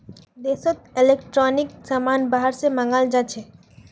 देशोत इलेक्ट्रॉनिक समान बाहर से मँगाल जाछे